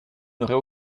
n’aurez